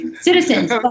citizens